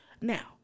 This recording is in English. Now